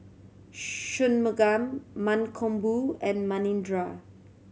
Shunmugam Mankombu and Manindra